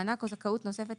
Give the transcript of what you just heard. מענק או זכאות נוספת,